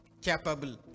capable